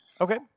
Okay